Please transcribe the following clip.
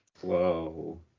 Whoa